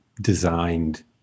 designed